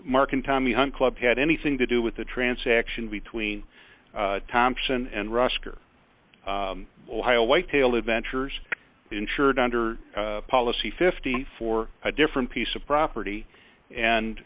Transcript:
mark and tommy hunt club had anything to do with the transaction between thompson and rusk or ohio whitetail adventures insured under policy fifty four a different piece of property and